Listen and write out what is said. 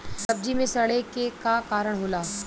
सब्जी में सड़े के का कारण होला?